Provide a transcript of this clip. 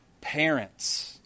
parents